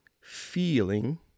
feeling